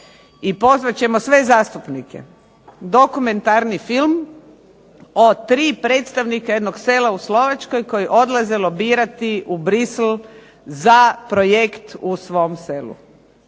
i pozvat ćemo sve zastupnike, dokumentarni film o tri predstavnika jednog sela u Slovačkoj koji odlaze lobirati u Bruxelles za projekt u svom selu.